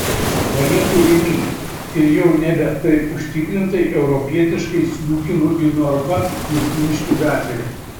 palieku rimi ir jau nebe taip užtikrintai europietiškai sliūkinu į norfą justiniškių gatvėje